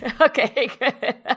Okay